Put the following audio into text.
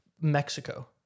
Mexico